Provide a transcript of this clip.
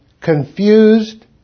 confused